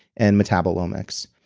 and metabolomics.